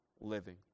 living